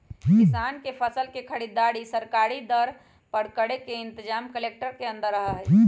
किसान के फसल के खरीदारी सरकारी दर पर करे के इनतजाम कलेक्टर के अंदर रहा हई